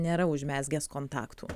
nėra užmezgęs kontaktų